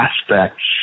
aspects